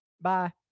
Bye